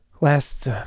last